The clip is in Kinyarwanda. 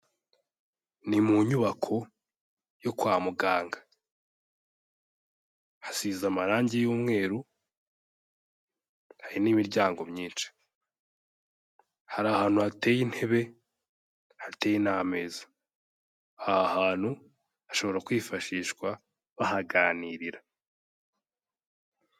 Ni mu nyubako yo kwa muganga. Hasize amarangi y'umweru, hari n'imiryango myinshi. Hari ahantu hateye intebe, hateye n'ameza. Aha hantu, hashobora kwifashishwa, bahaganirira.